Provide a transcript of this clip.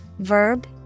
Verb